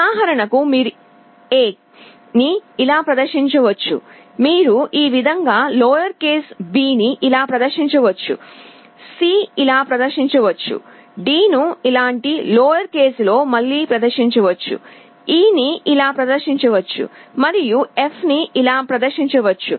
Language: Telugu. ఉదాహరణకు మీరు A ని ఇలా ప్రదర్శించవచ్చు మీరు ఈ విధంగా లోయర్ కేసు b ని ఇలా ప్రదర్శించవచ్చు C ఇలా ప్రదర్శించవచ్చు d ను ఇలాంటి లోయర్ కేసులో మళ్ళీ ప్రదర్శించవచ్చు E ని ఇలా ప్రదర్శించవచ్చు మరియు F ని ఇలా ప్రదర్శించవచ్చు